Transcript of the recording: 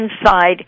inside